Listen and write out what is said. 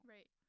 Right